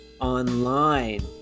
online